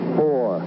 four